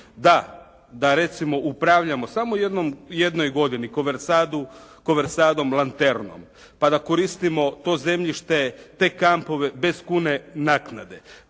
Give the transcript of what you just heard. Bože da recimo upravljamo u jednoj godini … /Govornik se ne razumije./ … "Lanternom", pa da koristimo to zemljište, te kampove bez kune naknade.